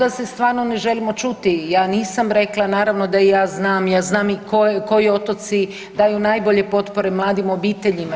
Pa kao da se stvarno ne želimo čuti, ja nisam rekla naravno da i ja znam, ja znam koji otoci daju najbolje potpore mladim obiteljima.